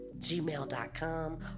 gmail.com